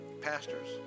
pastors